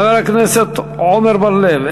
חבר הכנסת עמר בר-לב,